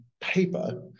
paper